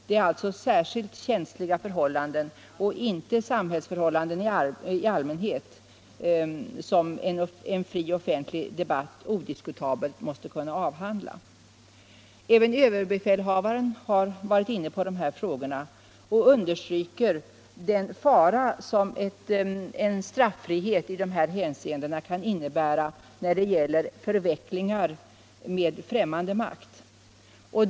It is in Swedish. Det är alltså särskilt känsliga förhållanden, och inte samhällsförhållanden i allmänhet, som en fri offentlig debatt odiskutabelt måste kunna avhandla. Även överbefälhavaren har varit inne på de här frågorna och understrukit den fara som straffrihet i dessa hänseenden kan innebära när det gäller förvecklingar med främmande makt.